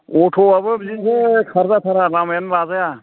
अट'आबो बिदिनोसै खारजाथारा लामायानो लाजाया